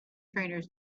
trainers